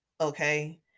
Okay